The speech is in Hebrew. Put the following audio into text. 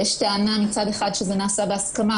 ויש טענה מצד אחד שזה נעשה בהסכמה,